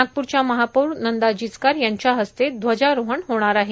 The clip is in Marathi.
नागपूरच्या महापौर नंदा जिचकार यांच्या हस्ते ध्वजारोहण होणार आहे